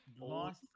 Lost